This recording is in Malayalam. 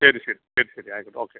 ശരി ശരി ശരി ശരി ആയിക്കോട്ടെ ഓക്കെ